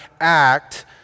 act